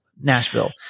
Nashville